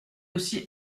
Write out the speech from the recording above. aussi